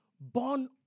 born